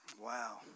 Wow